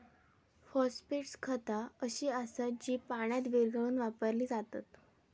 phosphate खता अशी असत जी पाण्यात विरघळवून वापरली जातत